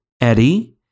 Eddie